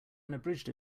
unabridged